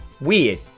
weird